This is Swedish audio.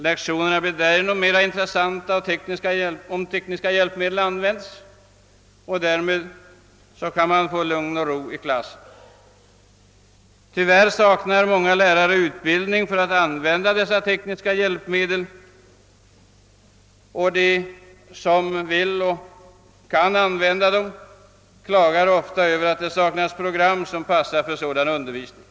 Lektionerna blir ofta mer intressanta när tekniska hjälpmedel används, och därmed kan man få lugn och ro i klassen. Tyvärr saknar många lärare intresse eller utbildning för att använda dessa tekniska hjälpmedel. De som kan och vill klagar ofta över att det saknas program som passar för sådan undervisning.